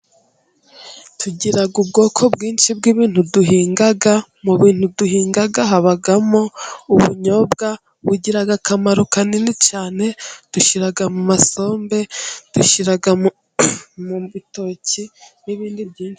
Tugira ubwoko bwinshi bw'ibintu duhinga, mu bintu duhinga habagamo ubunyobwa, bugira akamaro kanini cyane dushyira mu masombe dushyira mu bitoki.